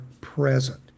present